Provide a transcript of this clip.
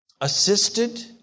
assisted